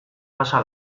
casa